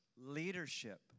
leadership